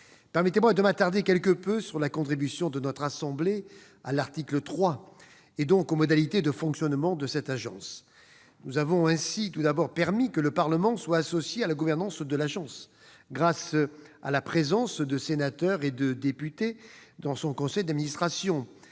Permettez-moi de m'attarder quelque peu sur la contribution de notre assemblée à l'article 3, et donc aux modalités de fonctionnement de cette agence. Nous avons ainsi tout d'abord permis que le Parlement soit associé à la gouvernante de l'agence grâce à la présence de sénateurs et de députés dans son conseil d'administration,